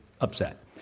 upset